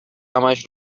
همش